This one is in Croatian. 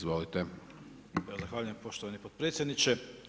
Zahvaljujem poštovani potpredsjedniče.